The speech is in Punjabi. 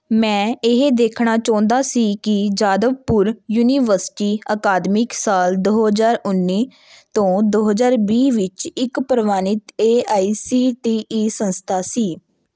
ਮੈਂ ਇਹ ਦੇਖਣਾ ਚਾਹੁੰਦਾ ਸੀ ਕਿ ਜਾਦਵਪੁਰ ਯੂਨੀਵਰਸਿਟੀ ਅਕਾਦਮਿਕ ਸਾਲ ਦੋ ਹਜ਼ਾਰ ਉੱਨੀ ਤੋਂ ਦੋ ਹਜ਼ਾਰ ਵੀਹ ਵਿੱਚ ਇੱਕ ਪ੍ਰਵਾਨਿਤ A I C T E ਸੰਸਥਾ ਸੀ